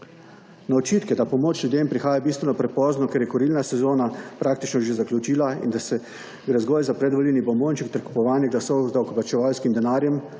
Na očitke, da pomoč ljudem prihaja bistveno prepozno, ker je kurilna sezona praktično že zaključila in da se zgolj za predvolilni bombonček ter kupovanje glasov z davkoplačevalskim denarjem